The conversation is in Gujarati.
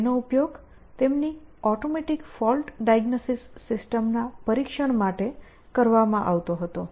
તેનો ઉપયોગ તેમની ઑટોમેટિક ફોલ્ટ ડાઇગ્નોસિસ સિસ્ટમ ના પરીક્ષણ માટે કરવામાં આવતો હતો